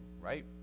right